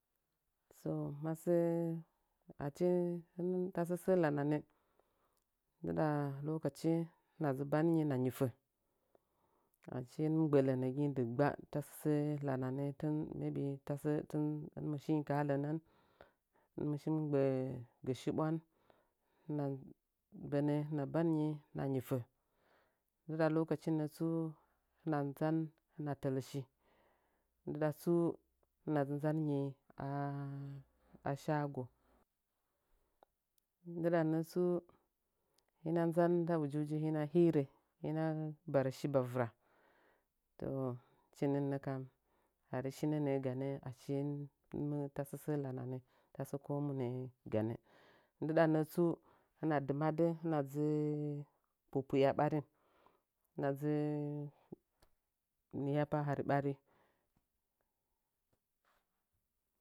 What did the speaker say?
Toh masəd achi him tasə səə lananə ndiɗa lokaci hinə nzi banngi hinə ngifə achi htintim obə’ə ləngəing digba tasə səə langanə tin may bensə htomie shingi ka la lənən linmishi gbə’ə gə shiɓwan hinə bənə hinəa bangi hinəg ngifə ndiɗa lokacin nətsu hinəa nəanjzi hinəa tələshi ndiɗa tsu hinəa jzi nzangi a shaagu ndilan nətsu hinəa nzan nda ujiujim hinəa hirə hinəa nəangi a shaagu ndilan nətsu hunəa nzan nda ujiujim hinəa hirə hinəa barə shi bavtra toh htchinin nəka hari shinə nə’ə ganə achi hin mi tasə səə lanənə ta sə komu nə’ə ganə ndidan nətsu hinəa ditmadi hinəa dzi pupu’ua ɓarin hinəa dzi nu nith yapa hari ɓari.